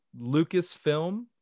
Lucasfilm